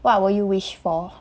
what will you wish for